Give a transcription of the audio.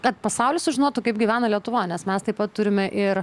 kad pasaulis sužinotų kaip gyvena lietuva nes mes taip turime ir